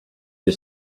you